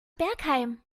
bergheim